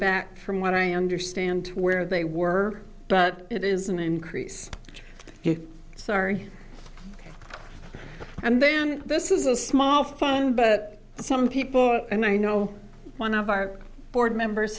back from what i understand where they were but it is an increase sorry and then this is a small phone but some people and i know one of our board members